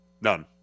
None